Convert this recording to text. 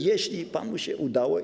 Jeśli panu się udało.